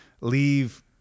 leave